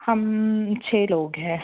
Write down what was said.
हम छः लोग हैं